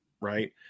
right